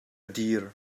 dir